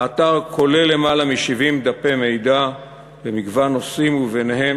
האתר כולל יותר מ-70 דפי מידע במגוון נושאים, ובהם